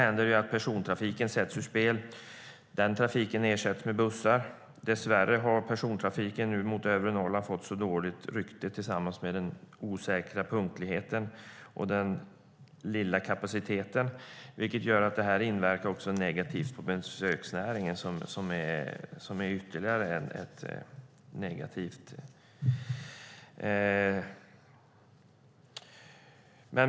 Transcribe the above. Även persontrafiken sätts ur spel och ersätts med bussar. Dess värre har persontrafiken mot övre Norrland fått dåligt rykte på grund av detta, den osäkra punktligheten och den lilla kapaciteten, vilket inverkar negativt på besöksnäringen. Det är också ett problem.